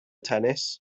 tennis